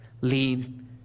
lead